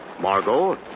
Margot